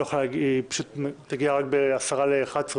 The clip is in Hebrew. היא פשוט תגיע רק ב-10:50,